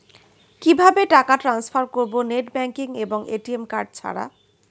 কিভাবে টাকা টান্সফার করব নেট ব্যাংকিং এবং এ.টি.এম কার্ড ছাড়া?